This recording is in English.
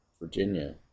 Virginia